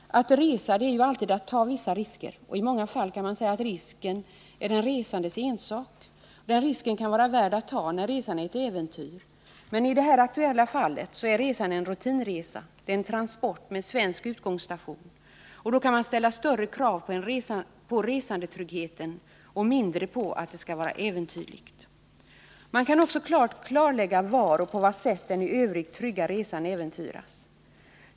Att resa är alltid att ta vissa risker, och i många fall kan man säga att risken Nr 142 är den resandes ensak. Risken kan vara värd att ta när resan är ett äventyr, Måndagen den men i det här aktuella fallet är resan en rutinresa — en transport med svensk 12 maj 1980 utgångsstation. Då kan man ställa större krav på resandetryggheten och mindre krav på att det skall vara äventyrligt. Om svenska hjälp Man kan också klart fastställa var och på vad sätt den i övrigt trygga resan äventyras.